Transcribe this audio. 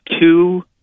two